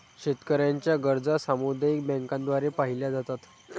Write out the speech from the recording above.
शेतकऱ्यांच्या गरजा सामुदायिक बँकांद्वारे पाहिल्या जातात